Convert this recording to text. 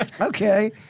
Okay